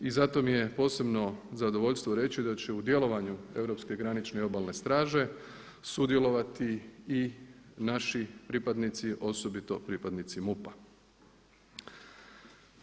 I zato mi je posebno zadovoljstvo reći da će u djelovanju europske granične i obalne straže sudjelovati i naši pripadnici osobito pripadnici MUP-a.